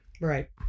Right